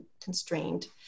constrained